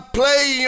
play